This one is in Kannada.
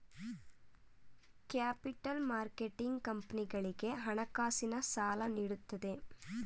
ಕ್ಯಾಪಿಟಲ್ ಮಾರ್ಕೆಟಿಂಗ್ ಕಂಪನಿಗಳಿಗೆ ಹಣಕಾಸಿನ ಸಾಲ ನೀಡುತ್ತದೆ